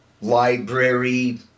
library